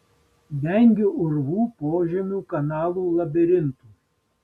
vengiu urvų požemių kanalų labirintų